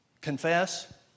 confess